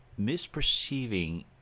misperceiving